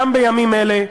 גם בימים אלה.